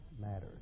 matters